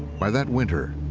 by that winter,